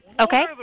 Okay